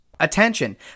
Attention